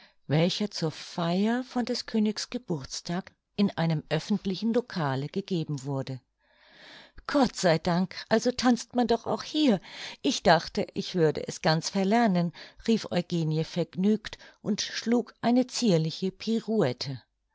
welcher zur feier von des königs geburtstag in einem öffentlichen locale gegeben wurde gott sei dank also tanzt man doch auch hier ich dachte ich würde es ganz verlernen rief eugenie vergnügt und schlug eine zierliche pirouette